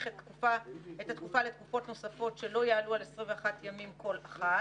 את תקופה לתקופות נוספות שלא יעלו על 21 ימים כל אחת",